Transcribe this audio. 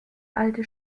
alte